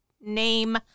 name